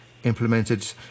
implemented